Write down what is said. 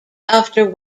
after